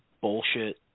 bullshit